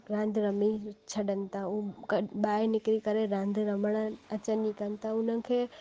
रांध रमी छॾनि ता उ कॾहिं ॿाहिरि निकरी करे रांध रमण अचनि ई कोन था हुननि खे